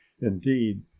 Indeed